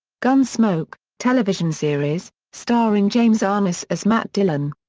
gunsmoke, television series, starring james arness as matt dillon.